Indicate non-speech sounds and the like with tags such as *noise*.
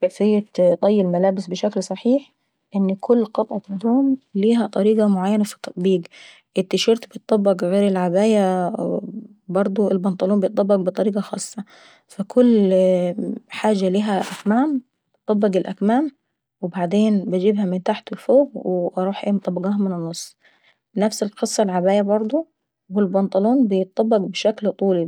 كيفية طي الملابس بشكل صحيح؟ ان كل قطعة قطعة هدوم ليها طريقة معينة في الطبيق، التي شيرت عيطبق غير العباية وبرضو المنطلون بيطبق بطريقة خاصة. فكل *hesitation* حاجة ليها كمام تتطبق الكمام وبعدين بجيبها من تحت لفوق واروح ايه مطبقاها من النص. نفس القصة العباية برضة و المنطلون برضه بيطبق بشكل طولي